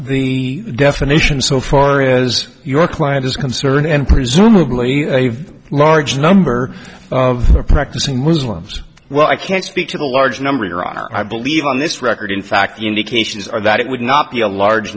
the definition so far as your client is concerned and presumably a large number of practicing muslims well i can't speak to the large number your honor i believe on this record in fact the indications are that it would not be a large